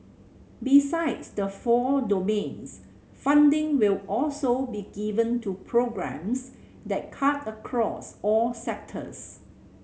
besides the four domains funding will also be given to programmes that cut across all sectors